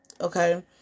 Okay